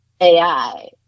AI